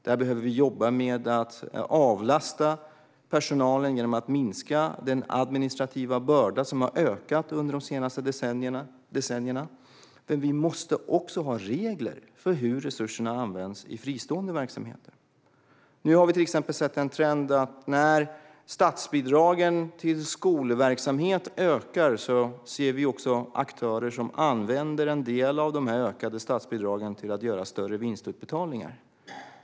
Vi behöver jobba med att avlasta personalen genom att minska den administrativa bördan, som har ökat under de senaste decennierna. Vi måste också ha regler för hur resurserna används i fristående verksamheter. Nu har vi till exempel sett en trend att när statsbidragen till skolverksamhet ökar ser vi också aktörer som använder en del av dessa ökade statsbidrag till att göra större vinstutbetalningar.